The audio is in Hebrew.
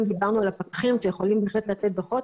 דיברנו על הפקחים שיכולים לתת דוחות,